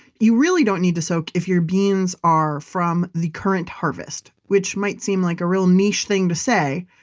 you really don't need to soak if your beans are from the current harvest, which might seem like a real niche thing to say,